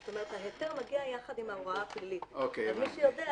זאת אומרת ההיתר מגיע יחד עם ההוראה הכללית אז מי שיודע,